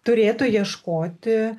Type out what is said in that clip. turėtų ieškoti